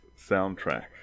soundtrack